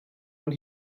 when